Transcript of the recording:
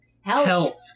Health